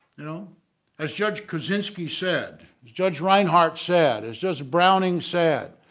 you know as judge kozinski said judge reinhardt said, it's judge browning said